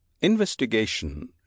Investigation